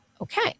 Okay